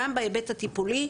גם בהיבט הטיפולי.